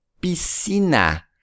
Piscina